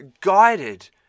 guided